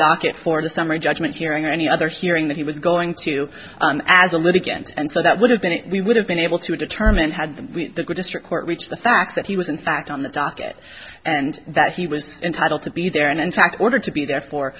docket for the summary judgment hearing or any other hearing that he was going to as a litigant and so that would have been it we would have been able to determine had the district court reached the fact that he was in fact on the docket and that he was entitled to be there and in fact ordered to be there for